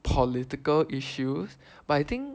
political issues but I think